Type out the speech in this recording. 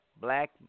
black